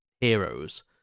heroes